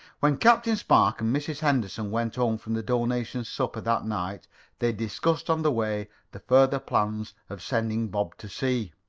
when captain spark and mrs. henderson went home from the donation supper that night they discussed on the way the further plans of sending bob to sea.